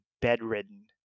bedridden